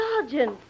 Sergeant